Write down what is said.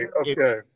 okay